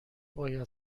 باید